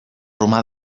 romà